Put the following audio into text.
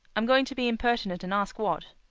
i'm going to be impertinent and ask what.